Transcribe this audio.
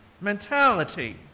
Mentality